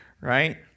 right